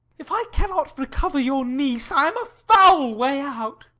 if i cannot recover your niece, i am a foul way out.